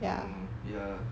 mm ya